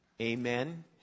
Amen